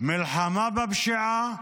מלחמה בפשיעה,